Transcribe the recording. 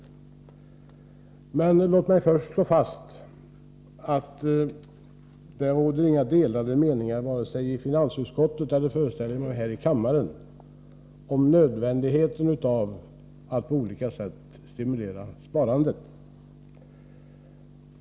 Låt mig emellertid först slå fast att det inte råder några delade meningar, vare sig i finansutskottet eller, föreställer jag mig, här i kammaren, om nödvändigheten av att på olika sätt stimulera sparandet.